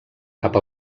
cap